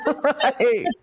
Right